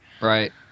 Right